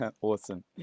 Awesome